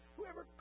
Whoever